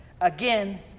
Again